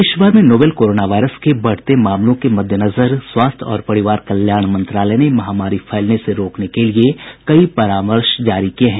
देशभर में novel corona virus के बढ़ते मामलों के मद्देनजर स्वास्थ्य और परिवार कल्याण मंत्रालय ने महामारी फैलने से रोकने के लिए कई परामर्श जारी किए हैं